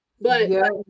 But-